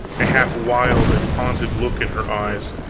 a half-wild and hunted look in her eyes,